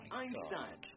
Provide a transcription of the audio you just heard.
Einstein